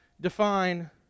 define